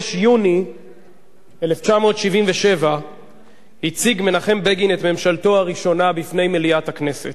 בחודש יוני 1977 הציג מנחם בגין את ממשלתו הראשונה בפני מליאת הכנסת.